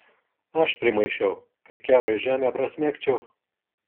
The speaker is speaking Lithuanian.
aš primaišiau kad kiaurai žemę prasmegčiau